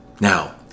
Now